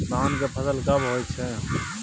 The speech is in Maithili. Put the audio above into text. धान के फसल कब होय छै?